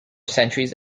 centuries